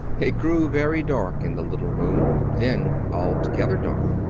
it grew very dark in the little room, then altogether dark.